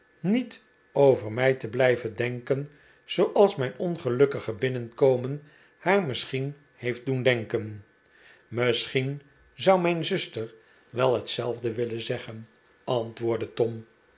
niet over mij te blijven denken zooals mijn ongelukkige binnenkomen haar misschien heeft doen denken misschien zou mijn zuster wel hetzelfde willen zeggen antwoordde tom